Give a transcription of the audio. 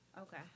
Okay